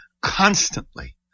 constantly